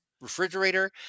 refrigerator